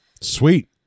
Sweet